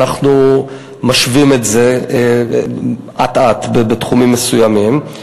אנחנו משווים את זה אט-אט בתחומים מסוימים.